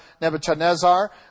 Nebuchadnezzar